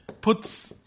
puts